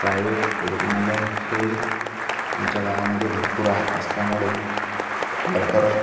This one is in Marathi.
प्रायवे्हेट रुग्णालय हे आमच्या गावामध्ये भरपूर आहे असल्यामुळे लवकरात